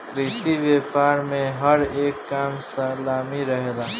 कृषि व्यापार में हर एक काम शामिल रहेला